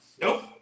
Nope